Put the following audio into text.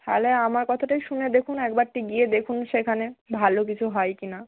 তাহলে আমার কথাটাই শুনে দেখুন একবারটি গিয়ে দেখুন সেখানে ভালো কিছু হয় কি না